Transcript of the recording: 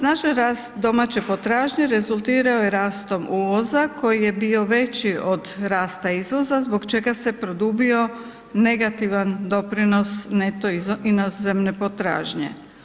Snažan rast domaće potražnje rezultirao je rastom uvoza koji je bio veći od rasta izvoza zbog čega se produbio negativan doprinos neto inozemne potražnje.